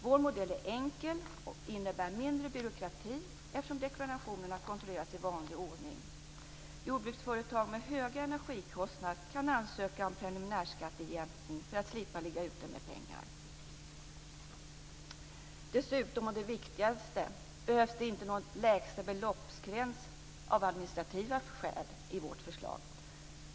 Vår modell är enkel och innebär mindre byråkrati, eftersom deklarationerna kontrolleras i vanlig ordning. Jordbruksföretag med höga energikostnader kan ansöka om preliminärskattejämkning för att slippa ligga ute med pengar. Dessutom, och det är det viktigaste, behövs ingen beloppsgräns av administrativa skäl i vårt förslag.